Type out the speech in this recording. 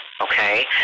Okay